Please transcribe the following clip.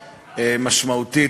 משמעותית.